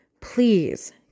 please